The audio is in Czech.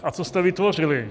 A co jste vytvořili?